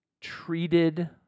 treated